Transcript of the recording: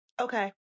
Okay